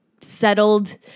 settled